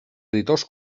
editors